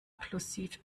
plosiv